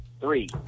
Three